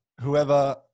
Whoever